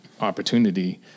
opportunity